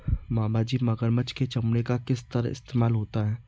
मामाजी मगरमच्छ के चमड़े का किस तरह इस्तेमाल होता है?